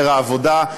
ללא עבודה.